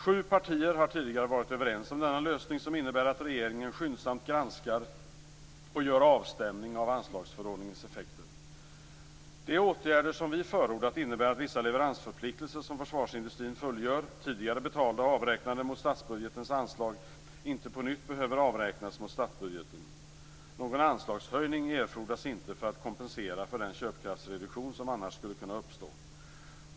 Sju partier har tidigare varit överens om denna lösning, som innebär att regeringen skyndsamt granskar och gör avstämning av anslagsförordningens effekter. De åtgärder som vi förordat innebär att vissa leveransförpliktelser som försvarsindustrin fullgör - tidigare betalda och avräknade mot statsbudgetens anslag - inte på nytt behöver avräknas mot statsbudgeten. Någon anslagshöjning erfordras inte för att kompensera för den köpkraftsreduktion som annars skulle kunna uppstå.